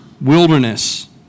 wilderness